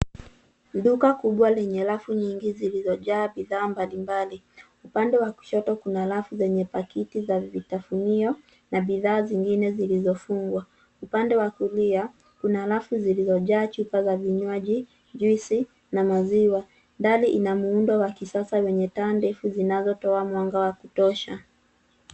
Duka kubwa lenye rafu nyingi zilizojaa bidhaa mbalimbali. Upande wa kushoto kuna rafu zenye pakiti za vitafunio na bidhaa zingine zilizofungwa. Upande wa kulia kuna rafu zilizojaa chupa za vinywaji, juisi na maziwa. Ndani ina muundo wa kisasa wenye taa ndefu zinazotoa mwanga wa kutosha.